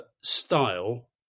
style